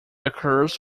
occurs